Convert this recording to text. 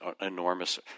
enormous